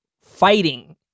fighting